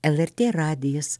lrt radijas